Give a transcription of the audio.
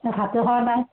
ভাতো খোৱা নাই